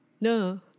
No